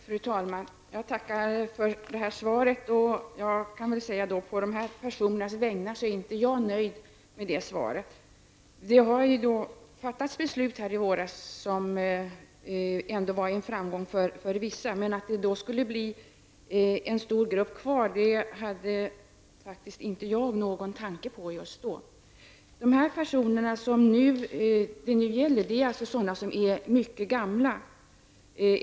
Fru talman! Jag tackar för svaret. På dessa personers vägnar är jag inte nöjd med svaret. I våras fattades ett beslut som var en framgång för vissa. Men att det skulle bli en stor grupp kvar hade jag inte en tanke på just då. De personer som situationen nu gäller är mycket gamla.